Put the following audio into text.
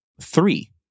three